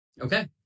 okay